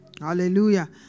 Hallelujah